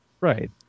right